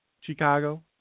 Chicago